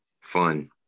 Fun